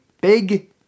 big